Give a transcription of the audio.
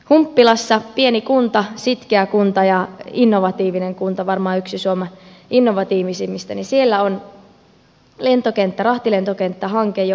humppilassa pieni kunta sitkeä kunta ja innovatiivinen kunta varmaan yksi suomen innovatiivisimmista on rahtilentokenttähanke jo maakuntakaavavaiheessa